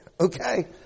Okay